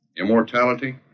Immortality